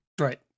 Right